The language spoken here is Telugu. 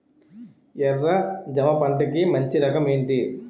ఎర్ర జమ పంట కి మంచి రకం ఏంటి?